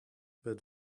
but